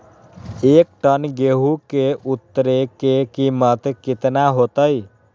एक टन गेंहू के उतरे के कीमत कितना होतई?